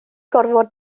gorfod